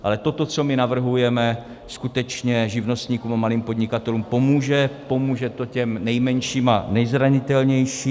Ale toto, co my navrhujeme, skutečně živnostníkům a malým podnikatelům pomůže, pomůže to těm nejmenším a nejzranitelnějším.